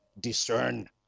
discern